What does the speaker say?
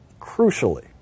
crucially